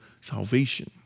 salvation